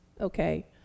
Okay